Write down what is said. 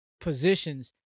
positions